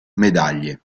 medaglie